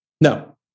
No